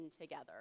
together